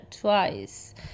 twice